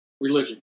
religion